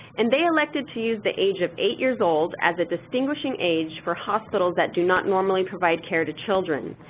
and they elected to use the age of eight years old as a distinguishing age for hospitals that do not normally provide care to children.